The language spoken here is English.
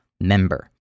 member